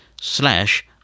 slash